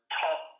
top